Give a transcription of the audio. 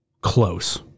close